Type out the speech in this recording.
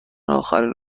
آخرین